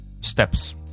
steps